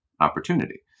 opportunity